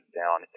down